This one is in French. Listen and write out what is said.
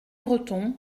breton